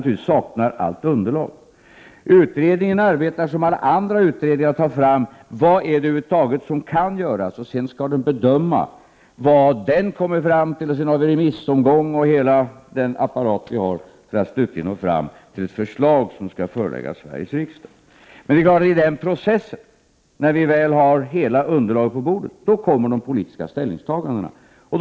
Utredningen arbetar som alla andra utredningar och undersöker vad det är som över huvud taget kan genomföras. Sedan skall utredningen göra sin bedömning, därefter blir det remissomgång med hela den apparat vi har och slutligen når vi fram till ett regeringsförslag som skall föreläggas Sveriges riksdag. Men i den processen, när vi väl har hela materialet på bordet, kommer de politiska ställningstagandena att göras.